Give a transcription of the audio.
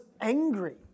angry